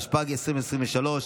התשפ"ג 2023,